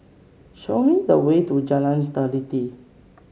show me the way to Jalan Teliti